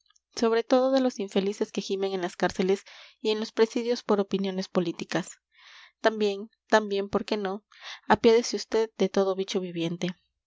sobre todo de los infelices que gimen en las cárceles y en los presidios por opiniones políticas también también por qué no apiádese usted de todo bicho viviente